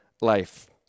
life